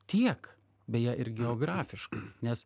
tiek beje ir geografiškai nes